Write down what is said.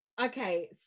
Okay